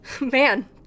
Man